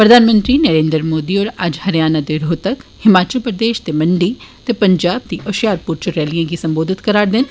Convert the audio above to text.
प्रधानमंत्री नरेन्द्र मोदी होर अज्ज हरियाणा दे रोहतक हिमाचल प्रदेश दे मंडी ते पंजाब दे होशियारप्र च रैलिएं गी संबोधित करा र दे न